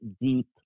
deep